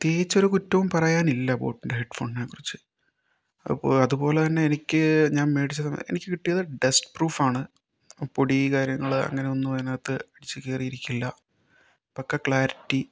പ്രത്യേകിച്ചൊരു കുറ്റവും പറയാനില്ല ബോട്ടിൻ്റെ ഹെഡ്ഫോണിനെ കുറിച്ച് അപ്പോൾ അതുപോലെ തന്നെ എനിക്ക് ഞാൻ മേടിച്ച എനിക്ക് കിട്ടിയത് ഡസ്റ്റ് പ്രൂഫാണ് പൊടി കാര്യങ്ങള് അങ്ങനൊന്നും അതിനകത്ത് പിടിച്ച് കേറിയിരിക്കില്ല പക്കാ ക്ലാരിറ്റി